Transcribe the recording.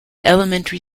elementary